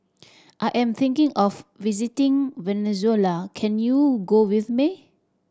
I am thinking of visiting Venezuela can you go with me